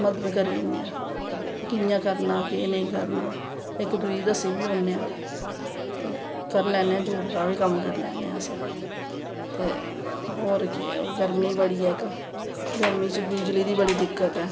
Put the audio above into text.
कि मदद करी ओड़नें आं कि कियां करनां केह् नेंई करनां इक दुई गी दस्सी बी औनें आं ते करी लैन्नें आं जूट दा बी कम्म करी लैन्नें आं अस ते होर केह् ऐ गर्मी बड़ी ऐ इक गर्मी च बिजली दी बड़ी दिकत्क्त ऐ